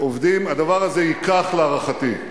הדבר ייקח להערכתי,